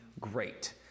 great